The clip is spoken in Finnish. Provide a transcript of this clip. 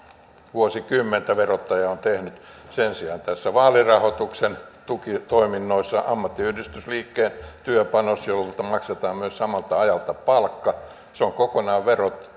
vuosikymmeniä verottaja on tehnyt sen sijaan vaalirahoituksen tukitoiminnoissa ammattiyhdistysliikkeen työpanos jolta maksetaan myös samalta ajalta palkka on kokonaan